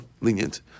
lenient